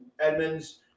Edmonds